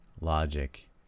logic